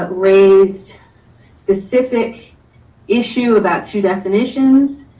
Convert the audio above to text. ah raised specific issue about two definitions.